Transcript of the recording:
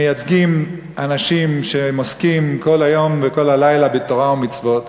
מייצגים אנשים שעוסקים כל היום וכל הלילה בתורה ובמצוות,